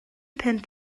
punt